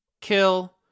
kill